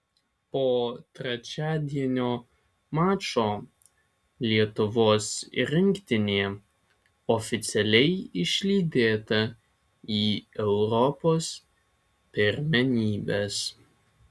po trečiadienio mačo lietuvos rinktinė oficialiai išlydėta į europos pirmenybes